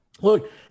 Look